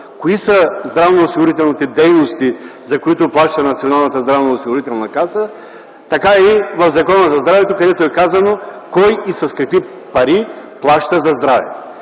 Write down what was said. кои са здравноосигурителните дейности, за които плаща Националната здравноосигурителна каса, така и в Закона за здравето, където е казано кой и с какви пари плаща за здраве.